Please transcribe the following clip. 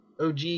OG